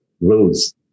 rules